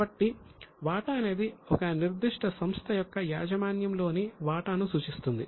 కాబట్టి వాటా అనేది ఒక నిర్దిష్ట సంస్థ యొక్క యాజమాన్యంలోని వాటాను సూచిస్తుంది